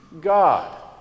God